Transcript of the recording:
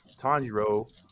Tanjiro